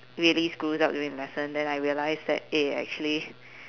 really screws up during lesson then I realise that eh actually